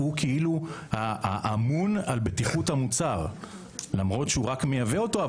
הוא כאילו האמון על בטיחות המוצר למרות שהוא רק מייבא אותו.